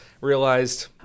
realized